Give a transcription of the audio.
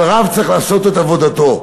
אבל רב צריך לעשות את עבודתו.